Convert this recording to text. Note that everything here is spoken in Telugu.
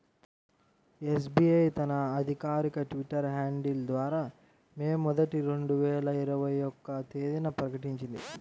యస్.బి.ఐ తన అధికారిక ట్విట్టర్ హ్యాండిల్ ద్వారా మే మొదటి, రెండు వేల ఇరవై ఒక్క తేదీన ప్రకటించింది